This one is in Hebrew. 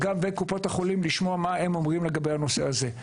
צריך גם לשמוע מה קופות החולים אומרות לגבי הנושא הזה.